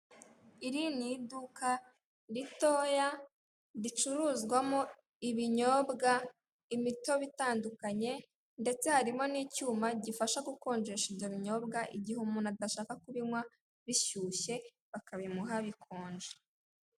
Iri ni iduka ritoya ricuruzwamo ibinyobwa, imitobe itandukanye ndetse harimo n'icyuma gifasha gukonjesha ibyo binyobwa, igihe umuntu adashaka kubinywa bishyushye bakabimuha bikonje.